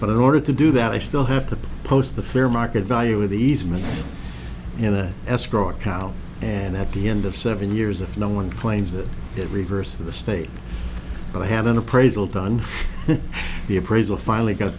but in order to do that i still have to post the fair market value of easement you know escrow account and at the end of seven years if no one claims that it reverse the state but i had an appraisal done the appraisal finally got